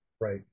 Right